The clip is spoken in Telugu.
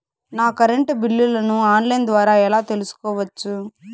నా కరెంటు బిల్లులను ఆన్ లైను ద్వారా ఎలా తెలుసుకోవచ్చు?